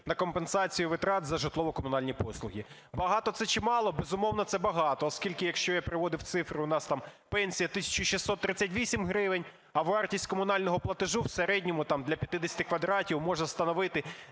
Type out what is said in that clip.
на компенсацію витрат за житлово-комунальні послуги. Багато це чи мало? Безумовно, це багато, оскільки, якщо я приводив цифри, у нас там пенсія 1638 гривень, а вартість комунального платежу в середньому для 50 квадратів може становити